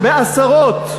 בעשרות,